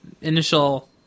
initial